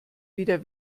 wieder